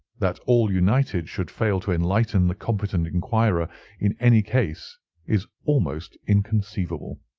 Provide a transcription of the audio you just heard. that all united should fail to enlighten the competent enquirer in any case is almost inconceivable.